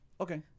Okay